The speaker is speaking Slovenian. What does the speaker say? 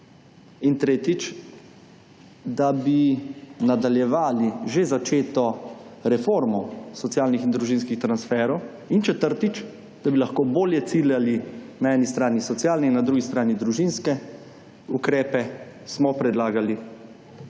in tretjič, da bi nadaljevali že začeto reformo socialnih in družinskih transferov in četrtič, da bi lahko bolje ciljali, na eni strani socialne in na drugi strani družinske ukrepe, smo predlagali